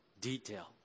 detail